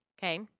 okay